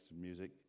music